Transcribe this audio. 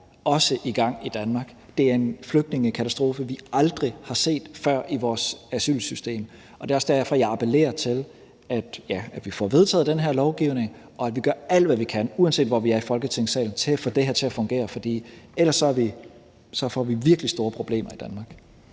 også i gang i Danmark. Det er en flygtningekatastrofe, vi aldrig har set før i vores asylsystem, og det er også derfor, jeg appellerer til, at vi får vedtaget den her lovgivning, og at vi gør alt, hvad vi kan, uanset hvor vi er i Folketingssalen, for at få det her til at fungere, for ellers får vi virkelig store problemer i Danmark.